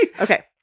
Okay